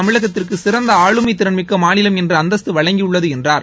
தமிழகத்திற்கு சிறந்த ஆளுமை திறன்மிக்க மாநிலம் என்ற அந்தஸ்து வழங்கியுள்ளது என்றார்